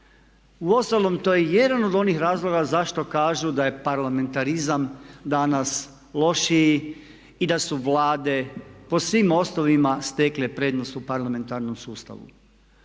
Uostalom to je jedan od onih razloga zašto kažu da je parlamentarizam danas lošiji i da su vlade po svim osnovama stekle prednost u parlamentarnom sustavu.